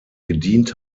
gedient